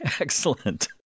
Excellent